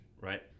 right